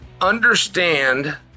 understand